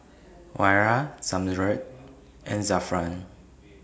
Wira Zamrud and Zafran